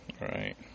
Right